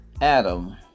Adam